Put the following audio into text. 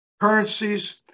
currencies